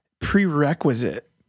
prerequisite